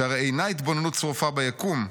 שהרי אינה התבוננות צרופה ביקום,